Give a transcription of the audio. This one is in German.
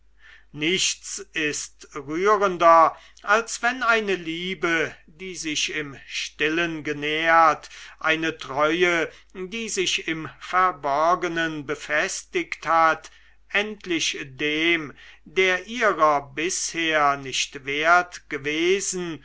nichts ist rührender als wenn eine liebe die sich im stillen genährt eine treue die sich im verborgenen befestigt hat endlich dem der ihrer bisher nicht wert gewesen